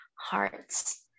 hearts